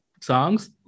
songs